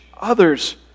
others